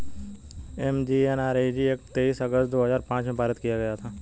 MGNREG act तेईस अगस्त दो हजार पांच में पारित किया गया था